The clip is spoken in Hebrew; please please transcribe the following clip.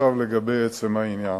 לעצם העניין,